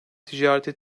ticareti